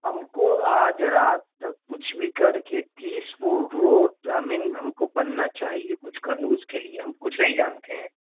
ہم کو آج رات تک کچھ بھی کر کے تیس وو روٹ آئی مین ہم کو بننا چاہیے کچھ کر لو اس کے لیے ہم کچھ نہیں جانتے ہیں